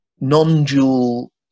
non-dual